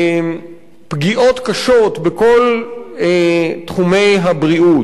פגיעות קשות בכל תחומי הבריאות,